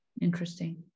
Interesting